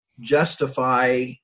justify